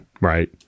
right